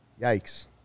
yikes